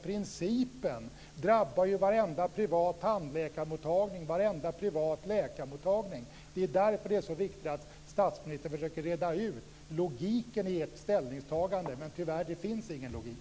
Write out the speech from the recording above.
Principen drabbar ju varenda privat tandläkarmottagning och varenda privat läkarmottagning. Det är därför som det är så viktigt att statsministern försöker reda ut logiken i Socialdemokraternas ställningstagande. Tyvärr finns det ingen logik.